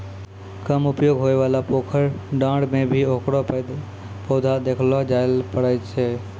कम उपयोग होयवाला पोखर, डांड़ में भी हेकरो पौधा देखलो जाय ल पारै छो